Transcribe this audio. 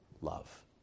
love